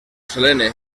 selene